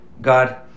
God